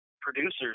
producers